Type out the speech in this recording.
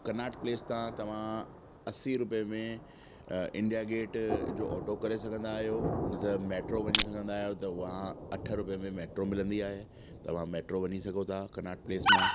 Karnat Place ता तव्हां असी रूपये में इंडिया गेट जो ऑटो करे सघंदा आहियो न त मैट्रो वञी सघंदा आहियो त वहां अठ रुपए में मिलंदी आहे तव्हां मैट्रो वञी सघो था कर्नाट पिलेस मां